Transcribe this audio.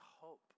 hope